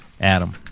adam